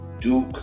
Duke